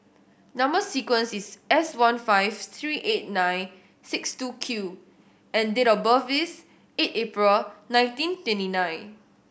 number sequence is S one five three eight nine six two Q and date of birth is eight April nineteen twenty nine